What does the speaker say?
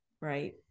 right